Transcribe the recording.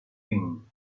king